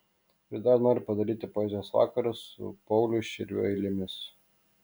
ir dar noriu padaryti poezijos vakarą su pauliaus širvio eilėmis